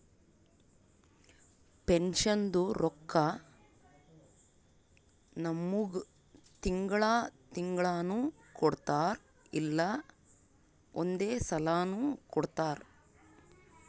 ಪೆನ್ಷನ್ದು ರೊಕ್ಕಾ ನಮ್ಮುಗ್ ತಿಂಗಳಾ ತಿಂಗಳನೂ ಕೊಡ್ತಾರ್ ಇಲ್ಲಾ ಒಂದೇ ಸಲಾನೂ ಕೊಡ್ತಾರ್